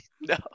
No